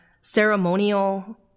ceremonial